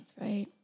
Right